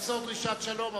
תמסור דרישת שלום.